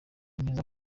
neza